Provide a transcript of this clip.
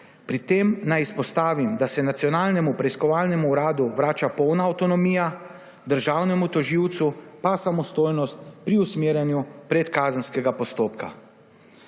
Pri tem naj izpostavim, da se Nacionalnemu preiskovalnem uradu vrača polna avtonomija, državnemu tožilcu pa samostojnost pri usmerjanju predkazenskega postopka.